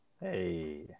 Hey